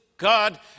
God